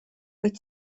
wyt